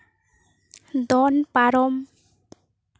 ᱫᱚᱱ ᱯᱟᱨᱚᱢ